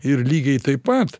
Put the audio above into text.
ir lygiai taip pat